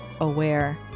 aware